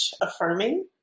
affirming